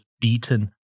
beaten